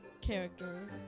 character